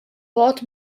wort